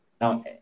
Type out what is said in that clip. Now